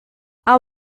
hau